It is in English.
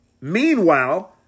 Meanwhile